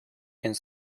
and